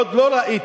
שעוד לא ראיתם"